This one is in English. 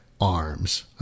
arms